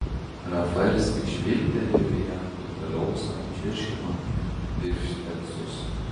rafaelis tik žvilgtelėjo į ją ir toliau sau čirškino bifšteksus